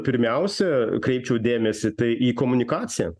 pirmiausia kreipčiau dėmesį tai į komunikaciją